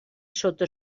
sota